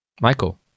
Michael